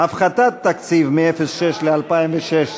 הפחתת תקציב מ-06 ל-2016,